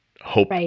hope